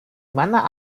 mana